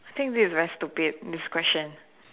I think this is very stupid this question